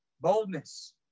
boldness